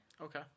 Okay